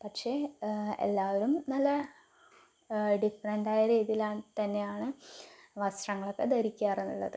പക്ഷേ എല്ലാവരും നല്ല ഡിഫറെൻറ് ആയ രീതിയിലാണ് തന്നെയാണ് വസ്ത്രങ്ങളൊക്കെ ധരിക്കാറുള്ളത്